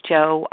Joe